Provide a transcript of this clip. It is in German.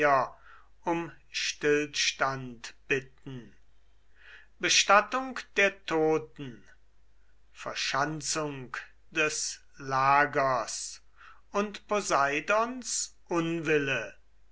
um stillstand bitten bestattung der toten verschanzung des lagers und poseidons unwille